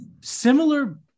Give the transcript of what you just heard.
similar